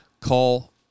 call